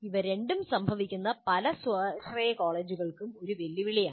ഇവ രണ്ടും സംഭവിക്കുന്നത് പല സ്വാശ്രയ കോളേജുകൾക്കും ഒരു വെല്ലുവിളിയാണ്